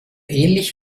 ähnlich